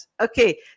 Okay